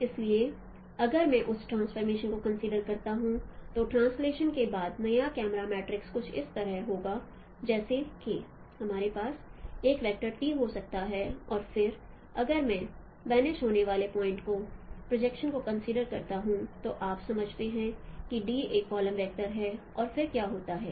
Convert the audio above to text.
इसलिए अगर मैं उस ट्रांसफॉर्मेशन को कंसीडर करता हूं तो ट्रांसलेटशन के बाद नया कैमरा मैट्रिक्स कुछ इस तरह होगा जैसे K हमारे पास एक वेक्टर t हो सकता है और फिर अगर मैं वनिश होने वाले पॉइंट के प्रोजेक्शन को कंसीडर करता हूं तो आप समझते हैं कि d एक कॉलम वेक्टर है और फिर क्या होता है